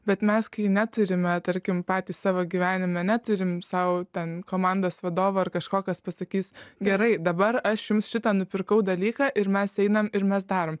bet mes kai neturime tarkim patys savo gyvenime neturim sau ten komandos vadovo ar kažkokios pasakys gerai dabar aš jums šitą nupirkau dalyką ir mes einam ir mes darom